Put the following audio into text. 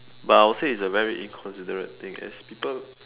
but I'll say is a very inconsiderate thing as people